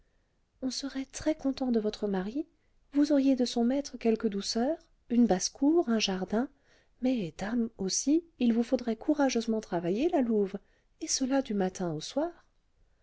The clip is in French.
on serait très-content de votre mari vous auriez de son maître quelques douceurs une basse-cour un jardin mais dame aussi il vous faudrait courageusement travailler la louve et cela du matin au soir